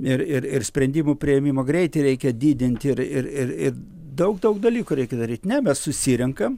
ir ir ir sprendimų priėmimo greitį reikia didinti ir ir ir ir daug daug dalykų reikia daryt ne mes susirenkam